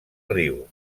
riu